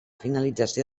finalització